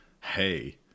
hey